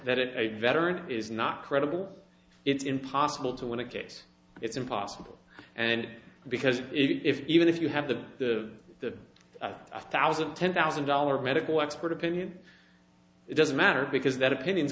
a veteran is not credible it's impossible to win a case it's impossible and because if even if you have the the the thousand ten thousand dollars medical expert opinion it doesn't matter because that opinion is